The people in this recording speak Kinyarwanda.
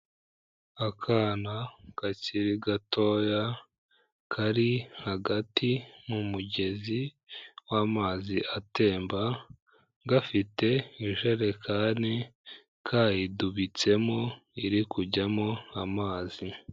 Akana kakiri gatoya, kari hagati mu mugezi w'amazi atemba, gafite ijerekani kayidubitsemo iri kujyamo amazi.